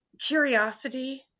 curiosity